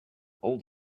old